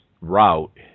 route